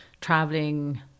traveling